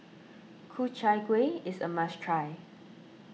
Ku Chai Kuih is a must try